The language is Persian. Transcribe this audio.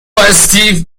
استیو